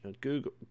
Google